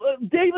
David